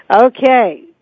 Okay